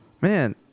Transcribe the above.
man